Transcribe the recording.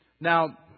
Now